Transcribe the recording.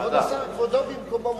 כבוד השר, כבודו במקומו מונח.